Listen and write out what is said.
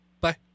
Bye